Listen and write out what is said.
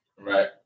Right